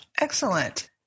Excellent